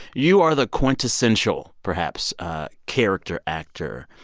you are the quintessential, perhaps, character actor.